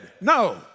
no